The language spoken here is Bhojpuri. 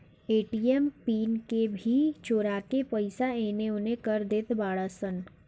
ए.टी.एम पिन के भी चोरा के पईसा एनेओने कर देत बाड़ऽ सन